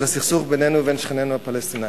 הסכסוך בינינו לבין שכנינו הפלסטינים.